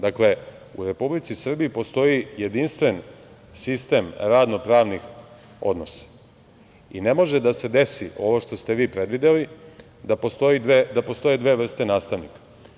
Dakle, u Republici Srbiji postoji jedinstven sistem radno-pravnih odnosa i ne može da se desi ovo što ste vi predvideli, da postoje dve vrste nastavnika.